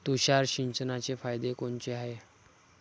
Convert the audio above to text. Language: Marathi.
तुषार सिंचनाचे फायदे कोनचे हाये?